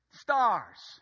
Stars